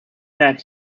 that